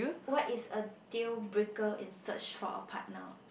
what's is a deal breaker in search for a partner